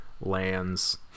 lands